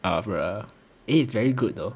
orh bruh it is very good though